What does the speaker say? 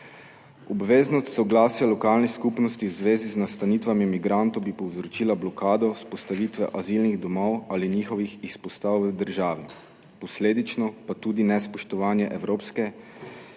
obveznost soglasja lokalne skupnosti v zvezi z nastanitvami migrantov bi povzročila blokado vzpostavitve azilnih domov ali njihovih izpostav v državi, posledično pa tudi nespoštovanje evropske